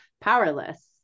powerless